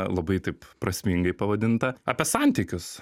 labai taip prasmingai pavadintą apie santykius